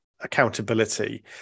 accountability